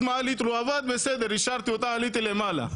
אז המעלית לא עבדה, השארתי אותה ועליתי למעלה.